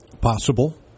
possible